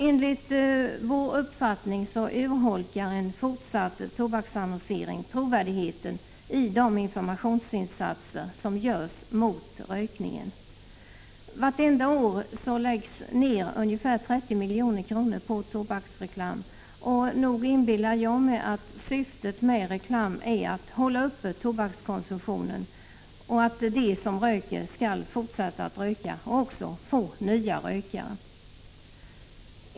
Enligt vår uppfattning urholkar en fortsatt tobaksannonsering trovärdigheten för de informationsinsatser som görs mot rökningen. Vartenda år satsas ca 30 milj.kr. på tobaksreklam, och nog inbillar jag mig att syftet med reklamen är att upprätthålla tobakskonsumtionen — de som röker skall fortsätta att göra det, och man vill också få nya rökare.